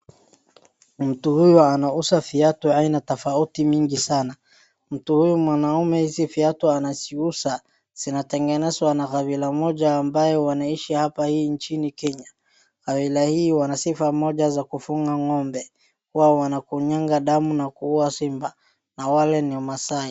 Mtu huyu anauza viatu aina tofauti mingi sana. Mtu huyu mwanaume hizi viatu anaziuza, zinatengenezwa na kabila moja ambayo wanaishi hapa hii nchini Kenya. Kabila hii wana sifa ya kufunga ng'ombe. Wao wanakunywanga damu na kuua simba. Na wale ni Maasai.